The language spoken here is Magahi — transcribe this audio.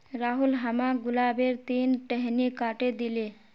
राहुल हमाक गुलाबेर तीन टहनी काटे दिले